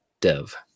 dev